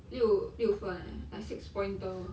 六六分 eh like six pointer